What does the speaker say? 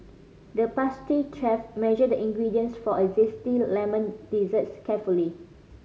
the pastry chef measured the ingredients for a zesty lemon desserts carefully